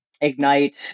Ignite